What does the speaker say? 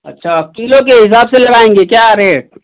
अच्छा किलो के हिसाब से लगाएंगे क्या रेट